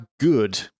good